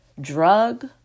drug